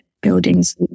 buildings